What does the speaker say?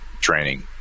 training